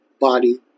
Body